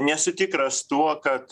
nesu tikras tuo kad